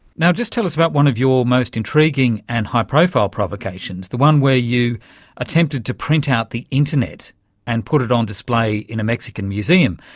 now, just tell us about one of your most intriguing and high profile provocations, the one where you attempted to print out the internet and put it on display in a mexican museum.